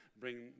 bring